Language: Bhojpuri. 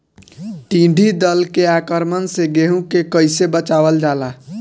टिडी दल के आक्रमण से गेहूँ के कइसे बचावल जाला?